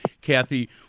Kathy